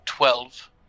Twelve